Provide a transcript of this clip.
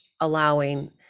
allowing